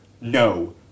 no